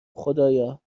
خدایا